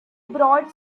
brought